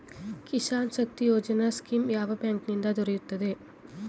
Kisan Shakti Yojana scheme ಯಾವ bank ನಿಂದ ದೊರೆಯುತ್ತದೆ?